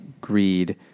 greed